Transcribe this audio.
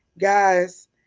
Guys